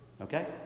Okay